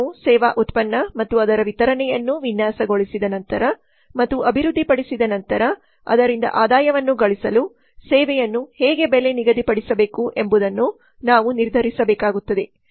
ನಾವು ಸೇವಾ ಉತ್ಪನ್ನ ಮತ್ತು ಅದರ ವಿತರಣೆಯನ್ನು ವಿನ್ಯಾಸಗೊಳಿಸಿದ ನಂತರ ಮತ್ತು ಅಭಿವೃದ್ಧಿಪಡಿಸಿದ ನಂತರ ಅದರಿಂದ ಆದಾಯವನ್ನು ಗಳಿಸಲು ಸೇವೆಯನ್ನು ಹೇಗೆ ಬೆಲೆ ನಿಗದಿಪಡಿಸಬೇಕು ಎಂಬುದನ್ನು ನಾವು ನಿರ್ಧರಿಸಬೇಕಾಗುತ್ತದೆ